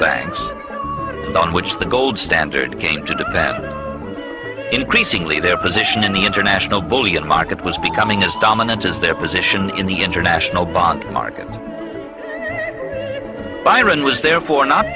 banks on which the gold standard came to the benefit increasingly their position in the international bullion market was becoming as dominant as their position in the international bond market byron was therefore not